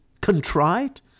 contrite